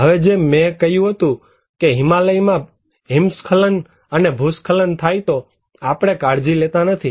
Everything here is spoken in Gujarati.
હવે જેમ મેં કહ્યું હતું કે હિમાલયમાં હિમસ્ખલન અને ભૂસ્ખલન થાય તો આપણે કાળજી લેતા નથી